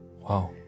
Wow